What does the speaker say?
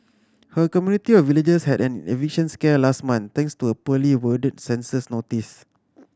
her community of villagers had an eviction scare last month thanks to a poorly worded census notice